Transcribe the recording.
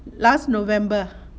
last november